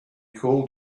called